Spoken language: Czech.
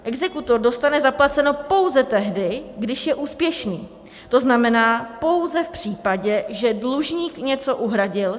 Exekutor dostane zaplaceno pouze tehdy, když je úspěšný, to znamená pouze v případě, že dlužník něco uhradil.